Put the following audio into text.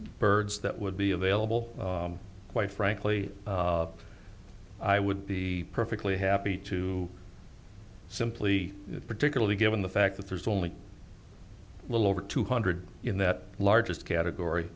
birds that would be available quite frankly i would be perfectly happy to simply particularly given the fact that there's only a little over two hundred in that largest category